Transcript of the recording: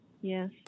Yes